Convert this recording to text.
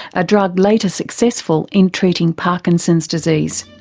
a drug later successful in treating parkinson's disease.